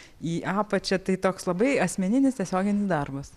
į apačią tai toks labai asmeninis tiesioginis darbas